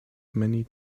many